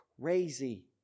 crazy